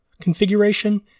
configuration